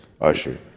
Usher